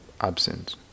absent